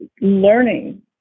learning